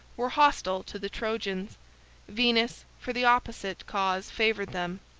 were hostile to the trojans venus for the opposite cause favored them.